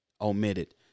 omitted